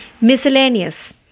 Miscellaneous